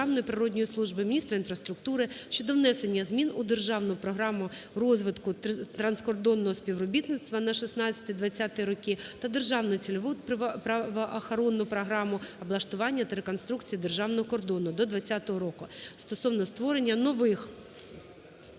Державної прикордонної служби, міністра інфраструктури щодо внесення змін у Державну програму розвитку транскордонного співробітництва на 2016-2020 роки та Державну цільову правоохоронну програму "Облаштування та реконструкція державного кордону" до 2020 року стосовно створення нових